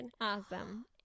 awesome